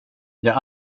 jag